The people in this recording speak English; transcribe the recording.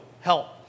help